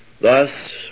Thus